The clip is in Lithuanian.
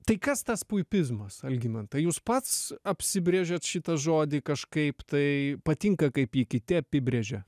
tai kas tas puipizmas algimantai jūs pats apsibrėžiat šitą žodį kažkaip tai patinka kaip jį kiti apibrėžia